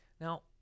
Now